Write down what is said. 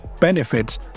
benefits